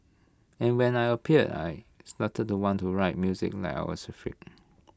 and when I appeared I started to want to write music now was like freak